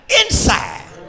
inside